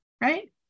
right